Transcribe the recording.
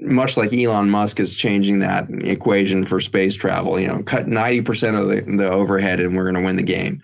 much like elon musk is changing that equation for space travel. yeah and cut ninety percent of the overhead overhead and we're going to win the game.